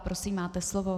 Prosím, máte slovo.